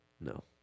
No